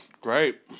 Great